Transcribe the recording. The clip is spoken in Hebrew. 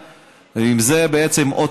עם זה הבן אדם יוצא החוצה,